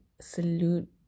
salute